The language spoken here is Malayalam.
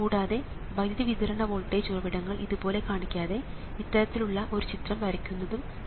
കൂടാതെ വൈദ്യുതി വിതരണ വോൾട്ടേജ് ഉറവിടങ്ങൾ ഇതുപോലെ കാണിക്കാതെ ഇത്തരത്തിലുള്ള ഒരു ചിത്രം വരയ്ക്കുന്നത് സാധാരണമാണ്